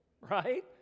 right